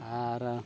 ᱟᱨ